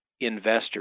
investors